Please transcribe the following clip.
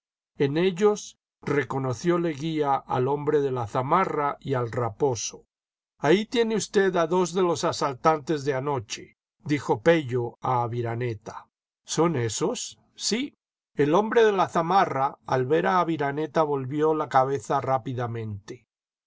en ellos reconoció leguía al hombre de la zamarra y al raposo ahí tiene usted a dos de los asaltantes de anoche dijo pello a aviraneta son esos sí el hombre de la zamarra al ver a aviraneta volvió la cabeza